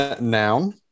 Noun